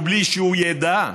ובלי שהוא ידע,